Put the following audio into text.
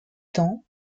temps